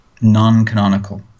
non-canonical